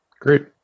great